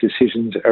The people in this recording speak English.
decisions